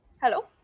Hello